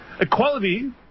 Equality